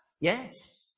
Yes